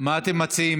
שום